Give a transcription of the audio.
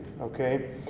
Okay